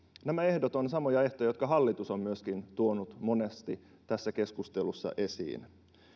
nämä ehdot ovat samoja ehtoja jotka myöskin hallitus on tuonut monesti tässä keskustelussa esiin